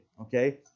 okay